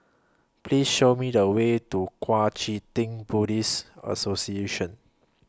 Please Show Me The Way to Kuang Chee Tng Buddhist Association